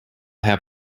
have